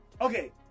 Okay